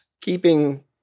keeping